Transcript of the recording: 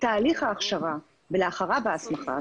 תהליך ההכשרה ולאחריו ההסמכה,